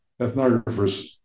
ethnographers